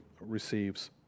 receives